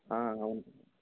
అవును